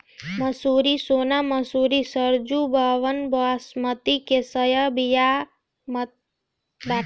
मंसूरी, सोना मंसूरी, सरजूबावन, बॉसमति के संकर बिया मितल बाटे